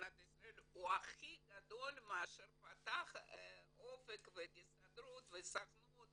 במדינת ישראל הוא הכי גדול שפתחו אופק וההסתדרות והסוכנות